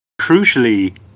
crucially